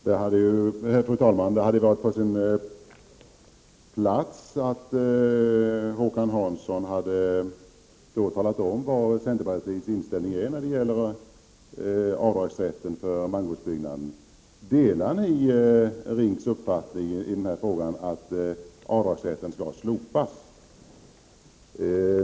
Fru talman! Det hade nog varit på sin plats att Håkan Hansson hade talat om vilken centerpartiets inställning är när det gäller avdragsrätten för man gårdsbyggnad. Delar ni RINK:s uppfattning i den frågan, att avdragsrätten skall slopas?